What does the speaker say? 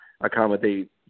accommodate